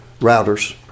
Router's